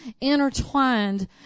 intertwined